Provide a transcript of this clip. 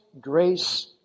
grace